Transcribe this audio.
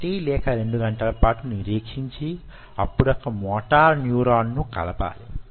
1 లేక 2 గంటలు పాటు నిరీక్షించి అప్పుడొక మోటార్ న్యురాన్ను కలపాలి